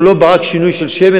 הוא לא בא רק כשינוי של שם,